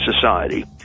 society